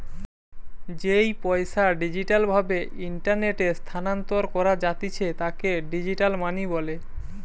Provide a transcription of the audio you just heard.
যেই পইসা ডিজিটাল ভাবে ইন্টারনেটে স্থানান্তর করা জাতিছে তাকে ডিজিটাল মানি বলে